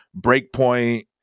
breakpoint